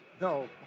No